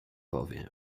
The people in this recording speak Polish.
powiem